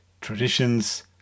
traditions